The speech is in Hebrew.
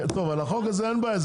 אין בעיה,